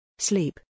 Sleep